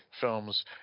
films